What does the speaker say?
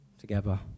together